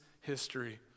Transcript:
history